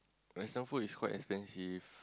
western food is quite expensive